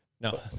No